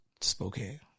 Spokane